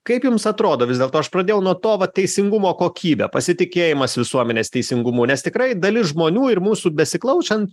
kaip jums atrodo vis dėlto aš pradėjau nuo to vat teisingumo kokybė pasitikėjimas visuomenės teisingumu nes tikrai dalis žmonių ir mūsų besiklausan